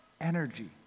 energy